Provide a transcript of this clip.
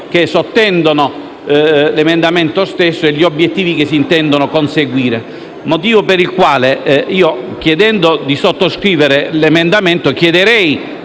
Grazie